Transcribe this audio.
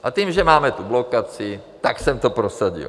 A tím, že máme tu blokaci, tak jsem to prosadil.